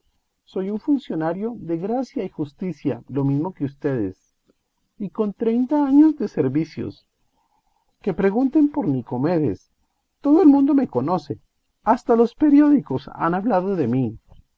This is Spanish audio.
soy un funcionario de gracia y justicia lo mismo que ustedes y con treinta años de servicios que pregunten por nicomedes todo el mundo me conoce hasta los periódicos han hablado de mí